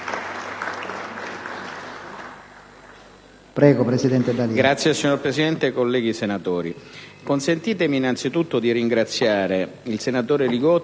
dati, signora Presidente e colleghi senatori,